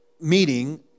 Meeting